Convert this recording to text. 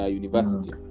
university